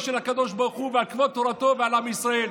של הקדוש ברוך הוא ועל כבוד תורתו ועל עם ישראל.